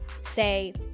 Say